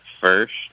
first